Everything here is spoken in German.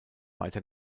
weiter